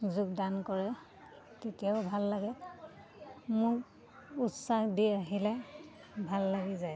যোগদান কৰে তেতিয়াও ভাল লাগে মোক উৎসাহ দি আহিলে ভাল লাগি যায়